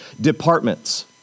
departments